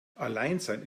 alleinsein